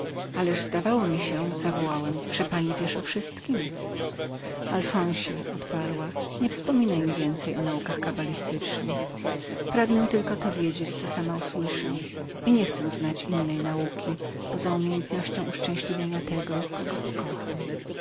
ależ zdawało mi się zawołałem że pani wiesz o wszystkiem alfonsie odparła nie wspominaj mi więcej o naukach kabalistycznych pragnę tylko to wiedzieć co sama słyszę i niechcę znać innej nauki jak tylko uszczęśliwienia tego kogo pokocham